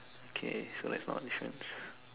okay so it's not difference